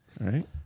right